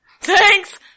Thanks